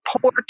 poor